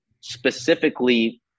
specifically